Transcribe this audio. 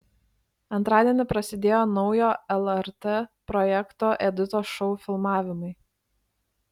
antradienį prasidėjo naujo lrt projekto editos šou filmavimai